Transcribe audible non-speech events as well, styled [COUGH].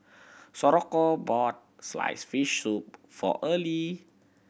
[UNINTELLIGIBLE] bought sliced fish soup for Early